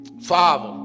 Father